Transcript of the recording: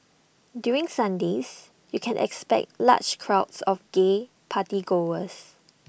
during Sundays you can expect large crowds of gay party goers